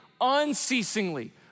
unceasingly